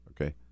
Okay